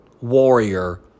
warrior